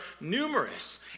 numerous